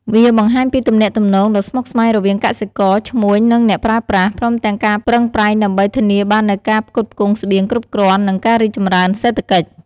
វាបង្ហាញពីទំនាក់ទំនងដ៏ស្មុគស្មាញរវាងកសិករ ឈ្មួញ និងអ្នកប្រើប្រាស់ ព្រមទាំងការប្រឹងប្រែងដើម្បីធានាបាននូវការផ្គត់ផ្គង់ស្បៀងគ្រប់គ្រាន់ និងការរីកចម្រើនសេដ្ឋកិច្ច។